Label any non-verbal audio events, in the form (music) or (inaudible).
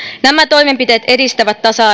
nämä toimenpiteet edistävät tasa (unintelligible)